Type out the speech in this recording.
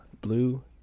blue